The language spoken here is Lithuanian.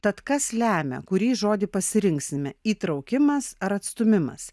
tad kas lemia kurį žodį pasirinksime įtraukimas ar atstūmimas